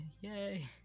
Yay